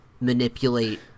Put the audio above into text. manipulate